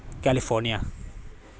California